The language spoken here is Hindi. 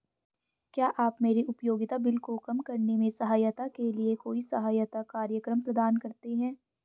क्या आप मेरे उपयोगिता बिल को कम करने में सहायता के लिए कोई सहायता कार्यक्रम प्रदान करते हैं?